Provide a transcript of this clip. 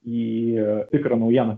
į tikrą naujieną